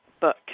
book